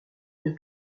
une